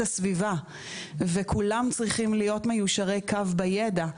הסביבה וכולם צריכים להיות מיושרי קו בידע,